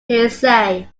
hearsay